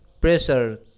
pressure